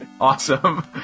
Awesome